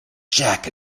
jack